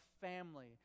family